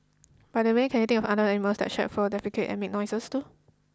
by the way can you think of any animals that shed fur defecate and make noise too